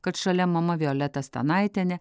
kad šalia mama violeta stanaitienė